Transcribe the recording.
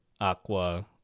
Aqua